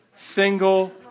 single